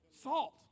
salt